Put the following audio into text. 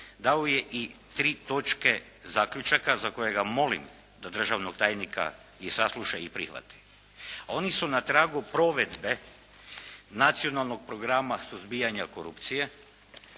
dao je i tri točke zaključaka za koje ga molim da državnog tajnika sasluša i prihvati. Oni su na tragu provedbe Nacionalnog programa suzbijanja korupcije